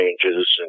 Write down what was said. changes